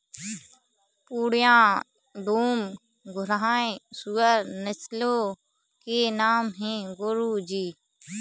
पूर्णिया, डूम, घुर्राह सूअर नस्लों के नाम है गुरु जी